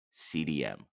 CDM